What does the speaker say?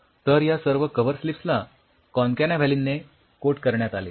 तर या सर्व कव्हरस्लिप्सला कॉनकॅनाव्हॅलीनने कोट करण्यात आले